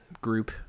group